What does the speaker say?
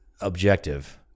objective